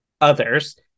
others